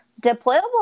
Deployable